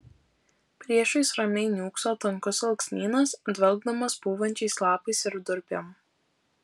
priešais ramiai niūkso tankus alksnynas dvelkdamas pūvančiais lapais ir durpėm